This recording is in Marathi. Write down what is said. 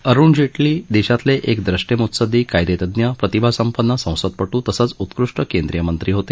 अरुण जेटली देशातील एक द्रष्टे मुत्सद्दी कायदेतज्ञ प्रतिभासंपन्न संसदपटू तसंच उत्कृष्ट केंद्रीय मंत्री होते